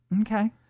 Okay